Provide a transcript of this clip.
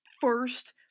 first